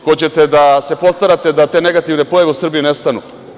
Hoćete li da se postarate da te negativne pojave u Srbiji nestanu?